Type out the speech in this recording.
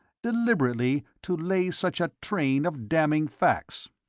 deliberately to lay such a train of damning facts.